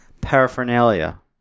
paraphernalia